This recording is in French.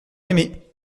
aimé